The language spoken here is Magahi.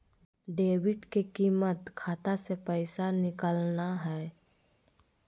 डेबिट के मतलब खाता से पैसा निकलना हय